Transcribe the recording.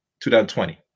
2020